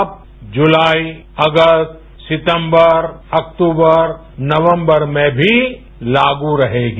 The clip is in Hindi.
अब जुलाई अगस्त सितंबर अक्टूबर नवंबर में भी लागू रहेगी